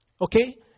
okay